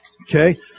Okay